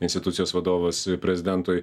institucijos vadovas prezidentui